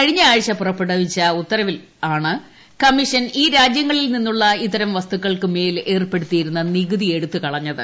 കഴിഞ്ഞ ആഴ്ച പുറപ്പെടുവിച്ച ഉത്തരവിലാണ് കമ്മീഷൻ രാജ്യങ്ങളിൽ നിന്നുള്ള ഇത്തരം വസ്തുക്കൾക്കുമേൽ ഈ ഏർപ്പെടുത്തിയിരുന്ന നികുതി എടുത്തുകളഞ്ഞത്